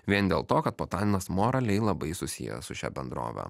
vien dėl to kad potaninas moraliai labai susijęs su šia bendrove